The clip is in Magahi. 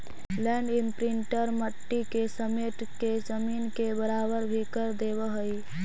लैंड इम्प्रिंटर मट्टी के समेट के जमीन के बराबर भी कर देवऽ हई